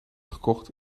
gekocht